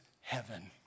heaven